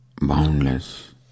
Boundless